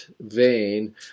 vein